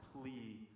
plea